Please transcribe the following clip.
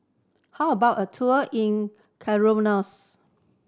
how about a tour in Comoros